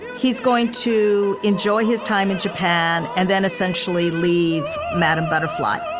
he's going to enjoy his time in japan and then essentially leave madam butterfly